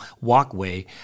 walkway